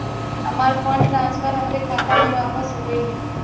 हमार fund transfer हमरे खाता मे वापस हो गईल